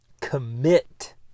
commit